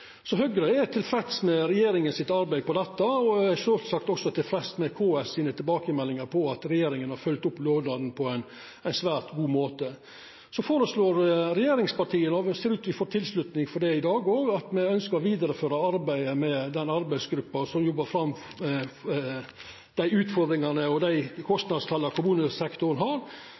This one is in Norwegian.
er sjølvsagt også tilfreds med tilbakemeldingane frå KS om at regjeringa har følgt opp lovnaden på ein svært god måte. Så føreslår regjeringspartia, og det ser ut til at me får tilslutning for det i dag, at me ønskjer å vidareføra arbeidet med arbeidsgruppa som har jobba fram utfordringane og kostnadstala kommunesektoren har.